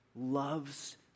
loves